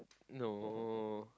know